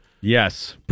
Yes